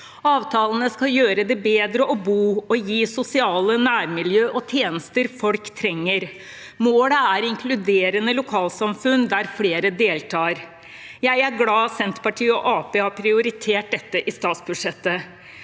Avtalene skal gjøre det bedre å bo, og gi sosiale nærmiljø og tjenester folk trenger. Målet er inkluderende lokalsamfunn der flere deltar. Jeg er glad Senter partiet og Arbeiderpartiet har prioritert dette i statsbudsjettet.